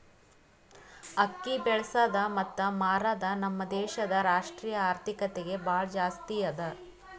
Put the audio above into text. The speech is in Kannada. ಅಕ್ಕಿ ಬೆಳಸದ್ ಮತ್ತ ಮಾರದ್ ನಮ್ ದೇಶದ್ ರಾಷ್ಟ್ರೀಯ ಆರ್ಥಿಕತೆಗೆ ಭಾಳ ಜಾಸ್ತಿ ಅದಾ